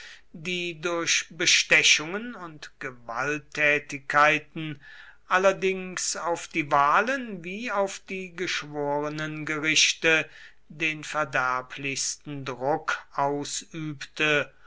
die durch bestechungen und gewalttätigkeiten allerdings auf die wahlen wie auf die geschworenengerichte den verderblichsten druck ausübte